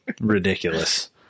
ridiculous